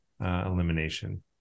elimination